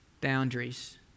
boundaries